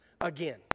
again